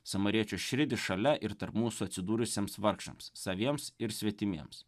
samariečio širdį šalia ir tarp mūsų atsidūrusiems vargšams saviems ir svetimiems